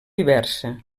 diversa